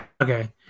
Okay